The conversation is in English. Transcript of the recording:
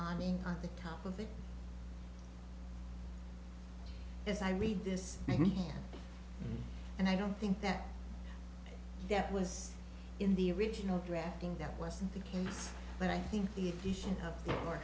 awning on the top of it as i read this and i don't think that that was in the original drafting that wasn't the case but i think the addition of mor